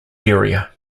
area